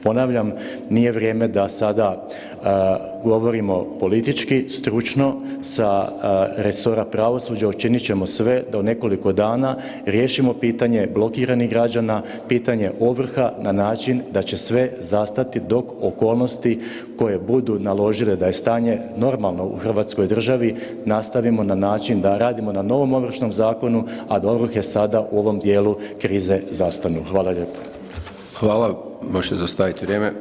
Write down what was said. Ponavljam, nije vrijeme da sada govorimo politički, stručno sa resora pravosuđa učinit ćemo sve da u nekoliko dana riješimo pitanje blokiranih građana, pitanje ovrha na način da će sve zastati dok okolnosti koje budu naložile da je stanje normalno u Hrvatskoj državi, nastavimo na način da radimo na novom Ovršnom zakonu, a da ovrhe sada u ovom dijelu krize zastanu.